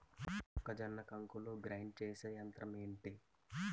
మొక్కజొన్న కంకులు గ్రైండ్ చేసే యంత్రం ఏంటి?